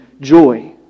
joy